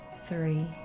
three